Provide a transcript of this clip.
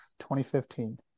2015